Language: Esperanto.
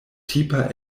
tipa